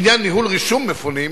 בעניין ניהול רישום מפונים,